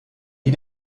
die